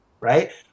right